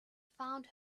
found